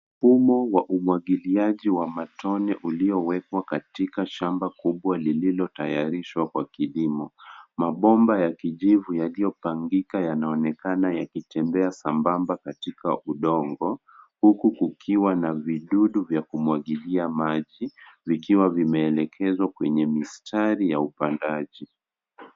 Mfumo wa umwagiliaji wa matone uliowekwa katika shamba kubwa lililo tayarishwa kwa kilimo. Mapomba ya kijivu yaliopangika yanaonekana yakitembea sambamba katika udongo, huku kukiwa vidudu vya kumwagilia maji vikiwa vimeelekeshwa kwenye mistari ya upandaji.